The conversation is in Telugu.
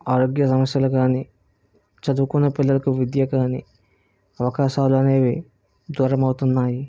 ఆరోగ్య సమస్యలు కానీ చదువుకున్న పిల్లలకు విద్య కానీ అవకాశాలు అనేవి దూరమ అవుతున్నాయి